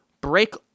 Break